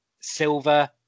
silver